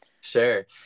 Sure